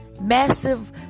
massive